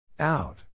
Out